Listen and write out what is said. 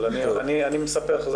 אבל אני מספר לך,